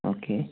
okay